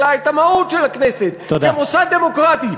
אלא את המהות של הכנסת כמוסד דמוקרטי,